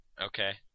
Okay